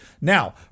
Now